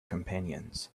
companions